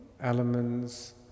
elements